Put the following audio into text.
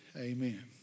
amen